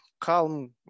calm